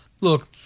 look